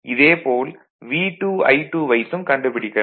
இதே போல V2I2 வைத்தும் கண்டுபிடிக்கலாம்